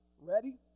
ready